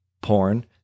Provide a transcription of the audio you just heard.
porn